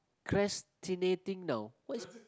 ~crastinating now